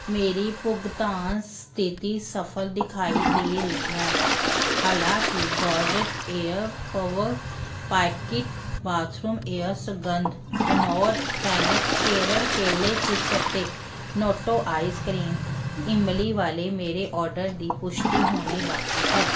ਮੇਰੀ ਭੁਗਤਾਨ ਸਥਿੱਤੀ ਸਫਲ ਦਿਖਾਈ ਦੇ ਰਹੀ ਹੈ ਹਾਲਾਂਕਿ Godrej air power pocket bathroom air ਸੁਗੰਧ ਬਿਯੋਨਡ ਸੈਨਕ ਕੇਰਲ ਕੇਲੇ ਚਿਪਸ ਅਤੇ ਨੋਟੋ ਆਈਸ ਕਰੀਮ ਇਮਲੀ ਵਾਲੇ ਮੇਰੇ ਔਡਰ ਦੀ ਪੁਸ਼ਟੀ ਹੋਣੀ ਬਾਕੀ ਹੈ